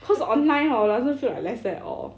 cause online doesn't feel like lesson at all